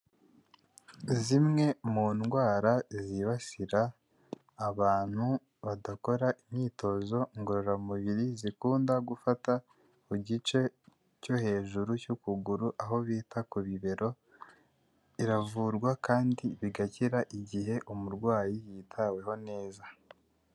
Zimwe mu ndwara zibasira abantu badakora imyitozo ngororamubiri zikunda gufata ku gice cyo hejuru cy'ukuguru aho bita ku bibero, iravurwa kandi bigakira igihe umurwayi yitaweho neza.